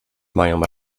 mają